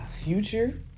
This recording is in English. Future